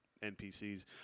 NPCs